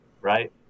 right